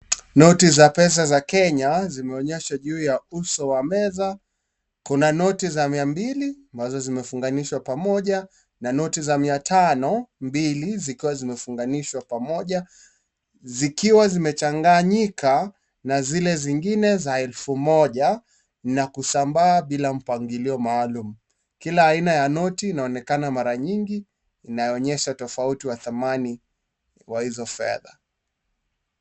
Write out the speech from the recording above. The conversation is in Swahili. Noti za pesa za Kenya zimeonyeshwa juu ya uso wa meza. Kuna noti za mia mbili ambazo zimefunganishwa pamoja na noti za mia tano mbili zikiwa zimefunganishwa pamoja, zikiwa zimechanganyika na zile zingine za elfu moja na kusambaa bila mpangilio maalum. Kila aina ya noti inaonekana mara nyingi inayoonyesha tofauti wa thamani wa hizo fedha.